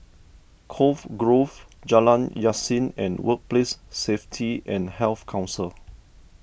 Cove Grove Jalan Yasin and Workplace Safety and Health Council